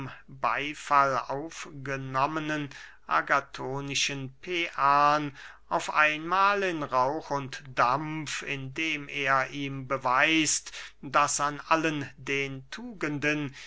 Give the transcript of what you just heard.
beyfall aufgenommenen agathonischen päan auf einmahl in rauch und dampf indem er ihm beweist daß an allen den tugenden